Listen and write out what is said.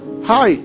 Hi